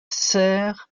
serre